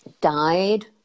died